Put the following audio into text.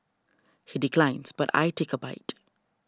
he declines but I take a bite